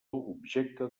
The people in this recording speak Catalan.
objecte